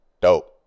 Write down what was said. dope